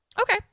Okay